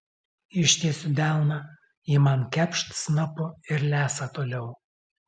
ištiesiu delną ji man kepšt snapu ir lesa toliau